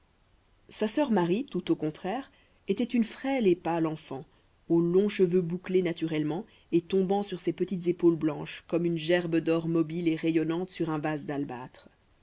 sa sœur marie tout au contraire était une frêle et pâle enfant aux longs cheveux bouclés naturellement et tombant sur ses petites épaules blanches comme une gerbe d'or mobile et rayonnante sur un vase d'albâtre